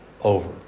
over